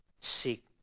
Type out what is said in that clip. Seek